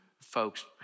folks